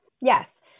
Yes